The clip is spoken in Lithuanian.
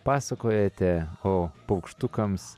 pasakojote o paukštukams